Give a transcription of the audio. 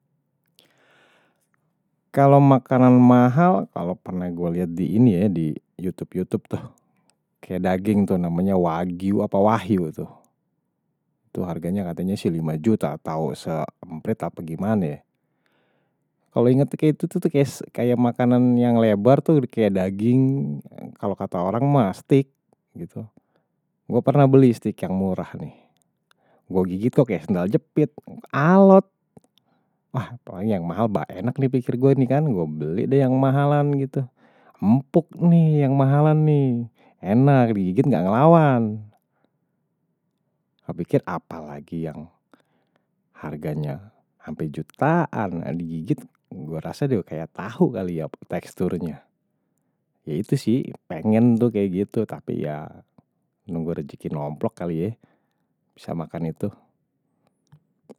Kalau makanan mahal kalau pernah gue lihat di ini ya di youtube youtube tuh kayak daging tuh namanya wagyu atau wahyu tuh tuh harganya katanya sih lima juta atau semprit apa gimane ya kalau inget tuh kayak itu tuh kayak makanan yang lebar tuh kayak daging kalau kata orang mah steack gitu gue pernah beli stick yang murah nih gue gigit kok ya sendal jepit alot wah apalagi yang mahal enak nih pikir gue ini kan gue beli deh yang mahalan gitu empuk nih yang mahalan nih enak digigit gak ngelawan gue pikir apalagi yang harganya hampir jutaan yang digigit gue rasa dia kayak tahu kali ya teksturnya ya itu sih pengen tuh kayak gitu tapi ya gue nunggu rejeki lomplok kali ya bisa makan itu.